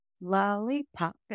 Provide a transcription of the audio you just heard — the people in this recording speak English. lollipop